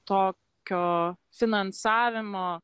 tokio finansavimo